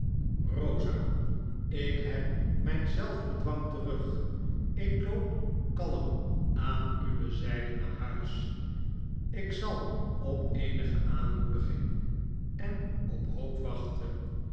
rosa ik heb myn zelfbedwang terug ik loop kalm aan uwe zyde naar huis ik zal op eenige aanmoediging en op hoop wachten